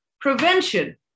prevention